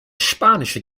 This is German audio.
spanische